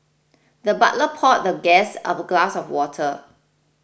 the butler poured the guest a glass of water